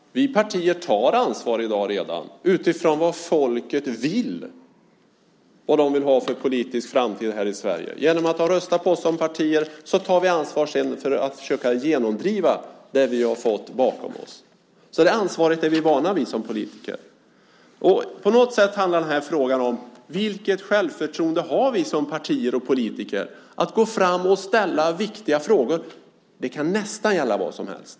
Fru talman! Vi partier tar redan i dag ansvar utifrån vad folket vill och vad det vill ha för politisk framtid här i Sverige. Genom att det röstar på oss som partier tar vi sedan ansvar för att försöka genomdriva det vi har fått stöd för bakom oss. Det ansvaret är vi vana vid som politiker. På något sätt handlar frågan om: Vilket självförtroende har vi som partier och politiker att gå fram och ställa viktiga frågor? Det kan nästan gälla vad som helst.